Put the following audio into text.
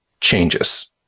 changes